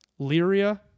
Lyria